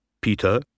Peter